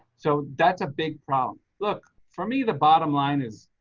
so that's a big problem. look for me. the bottom line is,